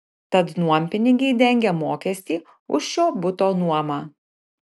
tad nuompinigiai dengia mokestį už šio buto nuomą